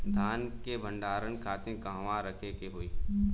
धान के भंडारन खातिर कहाँरखे के होई?